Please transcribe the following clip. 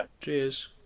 cheers